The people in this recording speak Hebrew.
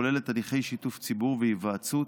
והיא כוללת הליכי שיתוף ציבור והיוועצות